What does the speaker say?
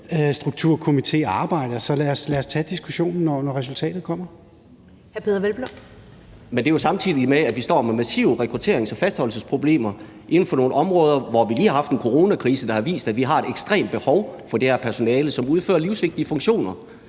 Hr. Peder Hvelplund. Kl. 14:01 Peder Hvelplund (EL): Men det er jo samtidig med, at vi står med massive rekrutterings- og fastholdelsesproblemer inden for nogle områder, hvor vi lige har haft en coronakrise, der har vist, at vi har et ekstremt behov for det her personale, som udfører livsvigtige funktioner.